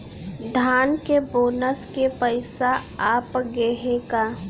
धान के बोनस के पइसा आप गे हे का?